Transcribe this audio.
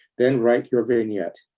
then write your vignette.